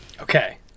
Okay